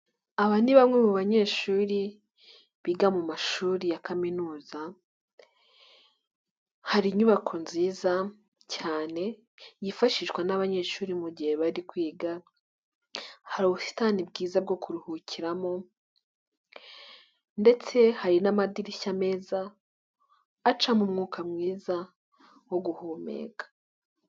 Aba ni bamwe mu banyeshuri biga mu mashuri ya Kaminuza, hari inyubako nziza cyane yifashishwa n'abanyeshuri mu gihe bari kwiga, hari ubusitani bwiza bwo kuruhukiramo ndetse hari n'amadirishya meza acamo umwuka mwiza wo guhumeka.